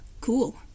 Cool